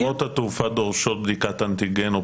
חברות התעופה דורשות בדיקת אנטיגן או